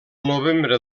novembre